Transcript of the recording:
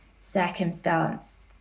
circumstance